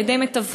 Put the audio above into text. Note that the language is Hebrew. על ידי מתווכים,